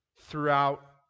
throughout